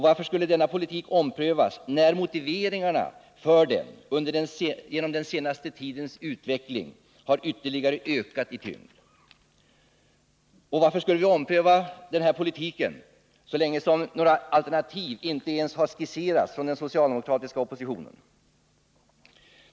Varför skulle denna politik omprövas, när motiveringarna för den genom den senaste tidens utveckling har ytterligare ökat i tyngd? Varför skulle denna politik omprövas, så länge några alternativ inte ens skisserats från den socialdemokratiska oppositionen?